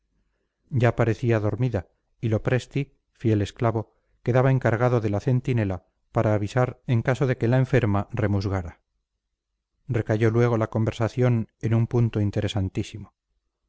ya parecía dormida y lopresti fiel esclavo quedaba encargado de la centinela para avisar en caso de que la enferma remusgara recayó luego la conversación en un punto interesantísimo